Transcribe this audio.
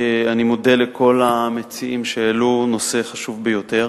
אני מודה לכל המציעים שהעלו נושא חשוב ביותר.